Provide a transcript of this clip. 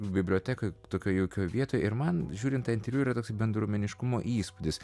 bibliotekoj tokioj jaukioj vietoj ir man žiūrint tą interviu yra toks bendruomeniškumo įspūdis